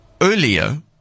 Earlier